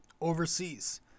overseas